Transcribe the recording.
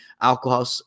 alcohol